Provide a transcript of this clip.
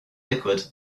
liquid